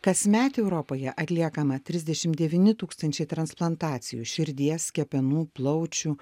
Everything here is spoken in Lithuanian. kasmet europoje atliekama trisdešim devyni tūkstančiai transplantacijų širdies kepenų plaučių